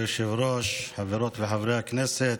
כבוד היושב-ראש, חברות וחברי הכנסת,